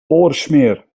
oorsmeer